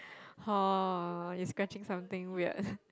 hor you scratching something weird